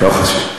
לא חשוב.